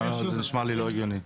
זה נשמע לי לא הגיוני.